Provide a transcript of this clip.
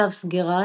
צו סגירה,